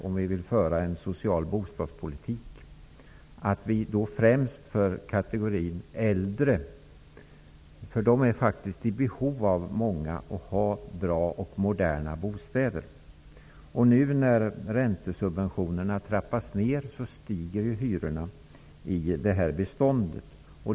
Om vi vill föra en social bostadspolitik skall vi vara mycket observanta på främst kategorin äldre människor. De är faktiskt i behov av att ha bra och moderna bostäder och att få förutsättningar till det. När nu räntesubventionerna trappas ned, stiger hyrorna i aktuellt bostadsbestånd.